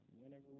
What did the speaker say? whenever